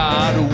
God